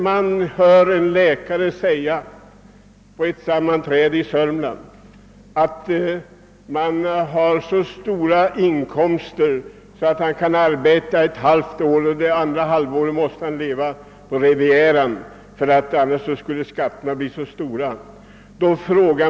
Jag har vid ett sammanträde i Södermanland hört en läkare säga att inkomsterna är så stora, att han föredrar att arbeta under ett halvt år för att under det andra halvåret leva på Rivieran, eftersom skatterna annars blir för höga.